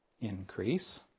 Increase